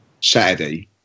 Saturday